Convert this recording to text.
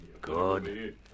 Good